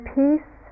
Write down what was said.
peace